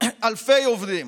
אלפי עובדים,